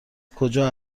کجا